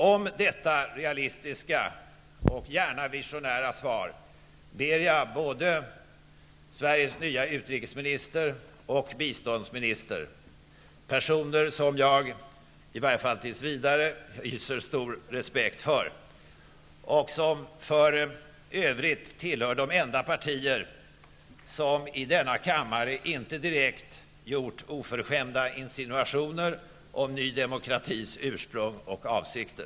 Om detta realistiska och gärna visionära svar ber jag både Sveriges nya utrikesminister och den nye biståndsministern, personer som jag i varje fall tills vidare hyser stor respekt för och som för övrigt tillhör de enda partier som i denna kammare inte direkt gjort oförskämda insinuationer om nydemokratis ursprung och avsikter.